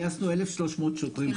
גייסנו 1,300 שוטרים חדשים.